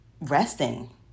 resting